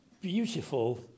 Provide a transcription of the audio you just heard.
beautiful